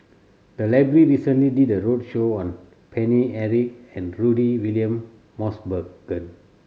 the library recently did a roadshow on Paine Eric and Rudy William Mosbergen